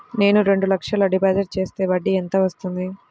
నేను రెండు లక్షల డిపాజిట్ చేస్తే వడ్డీ ఎంత వస్తుంది?